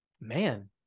Man